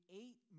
eight